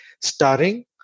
starring